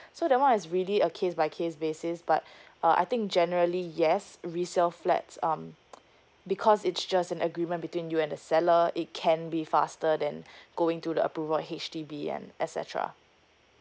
so that one is really a case by case basis but uh I think generally yes resale flats um because it's just an agreement between you and the seller it can be faster than going to the approval H_D_B and et cetera